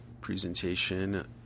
presentation